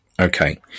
okay